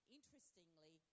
Interestingly